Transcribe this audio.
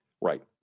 Right